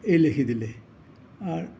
এই লিখি দিলে আৰু